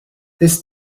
this